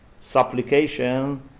supplication